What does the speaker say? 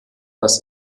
das